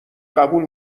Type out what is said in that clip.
قبول